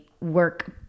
work